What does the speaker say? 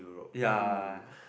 ya